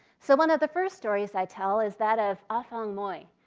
so one of the first stories i tell is that of afong moy.